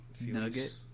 Nugget